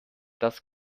das